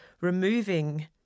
removing